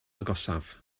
agosaf